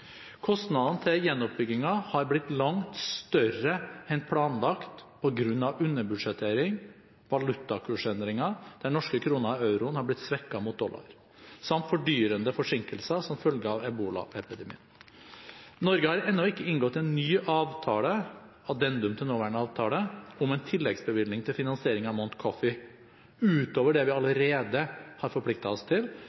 Kostnadene til gjenoppbyggingen har blitt langt større enn planlagt på grunn av underbudsjettering og valutakursendringer – den norske kronen og euroen har blitt svekket mot dollar – samt fordyrende forsinkelser som følge av ebolaepidemien. Norge har ennå ikke inngått en ny avtale, addendum til nåværende avtale, om en tilleggsbevilgning til finansiering av Mount Coffee utover det vi allerede har forpliktet oss til,